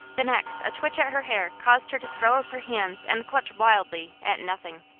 the next a twitch at her hair caused her to throw up her hands and clutch wildly at nothing.